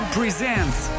presents